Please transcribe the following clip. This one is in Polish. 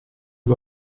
był